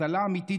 האבטלה האמיתית